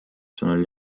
sõnul